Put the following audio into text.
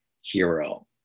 hero